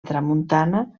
tramuntana